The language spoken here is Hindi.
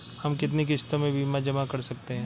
हम कितनी किश्तों में बीमा जमा कर सकते हैं?